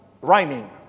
rhyming